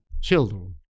children